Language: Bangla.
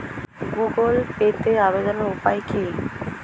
গুগোল পেতে আবেদনের উপায় কি?